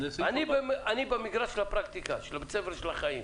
אני במגרש של הפרקטיקה, של בית הספר של החיים.